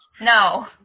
no